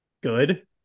good